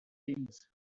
things